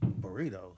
Burritos